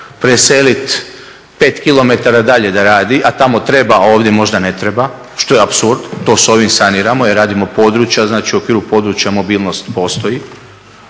preseliti 5 km dalje da radi, a tamo treba, a ovdje možda ne treba što je apsurd. To sa ovim saniramo, jer radimo područja. Znači u okviru područja mobilnost postoji.